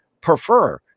prefer